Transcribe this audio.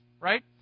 Right